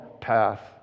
path